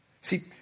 See